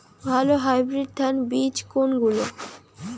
ভালো হাইব্রিড ধান বীজ কোনগুলি?